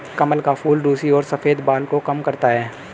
कमल का फूल रुसी और सफ़ेद बाल को कम करता है